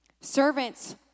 Servants